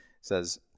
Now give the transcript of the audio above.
says